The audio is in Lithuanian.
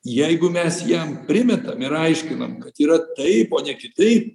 jeigu mes jam primetam ir aiškinam kad yra taip o ne kitaip